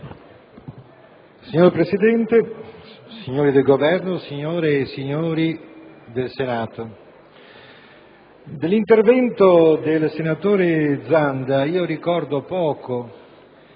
Signor Presidente, signori del Governo, signore e signori del Senato, dell'intervento del senatore Zanda io ricordo poco,